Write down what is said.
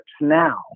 Now